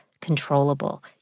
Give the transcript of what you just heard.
controllable